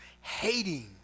hating